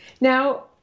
Now